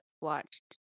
watched